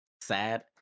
sad